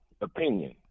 opinion